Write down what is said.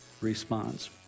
response